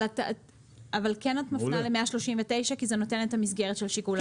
אבל את כן מפנה לסעיף 139 כי זה נותן את המסגרת של שיקול הדעת.